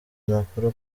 amakuru